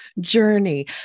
journey